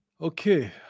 Okay